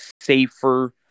safer